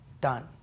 done